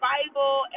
Bible